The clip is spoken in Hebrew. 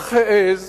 איך העז